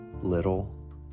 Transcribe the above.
little